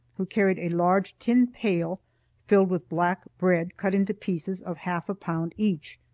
who carried a large tin pail filled with black bread cut into pieces of half a pound each.